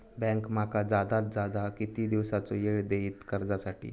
Bank माका जादात जादा किती दिवसाचो येळ देयीत कर्जासाठी?